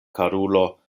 karulo